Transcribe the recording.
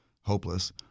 hopeless